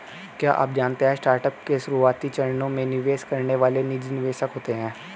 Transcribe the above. क्या आप जानते है स्टार्टअप के शुरुआती चरणों में निवेश करने वाले निजी निवेशक होते है?